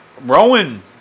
Rowan